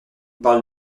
parle